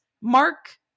Mark